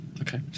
Okay